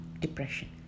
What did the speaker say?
Depression